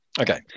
okay